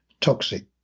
toxic